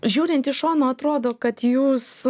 žiūrint iš šono atrodo kad jūs